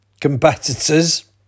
competitors